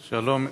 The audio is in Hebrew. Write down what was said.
שלום.